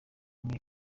rimwe